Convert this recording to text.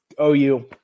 OU